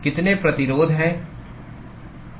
कितने प्रतिरोध हैं